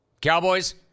Cowboys